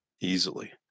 easily